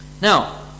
Now